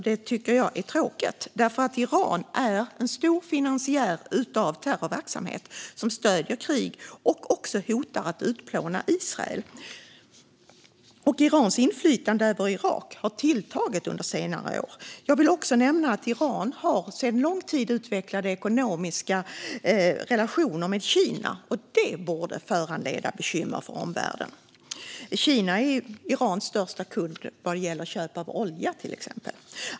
Det tycker jag är tråkigt. Iran är en stor finansiär av terrorverksamhet, stöder krig och hotar också att utplåna Israel. Irans inflytande över Irak har tilltagit under senare år. Jag vill också nämna att Iran sedan lång tid har utvecklade ekonomiska relationer med Kina. Det borde bekymra omvärlden. Kina är Irans största kund vad gäller köp av till exempel olja.